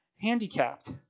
handicapped